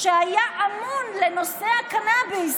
שהיה אמון על נושא הקנביס.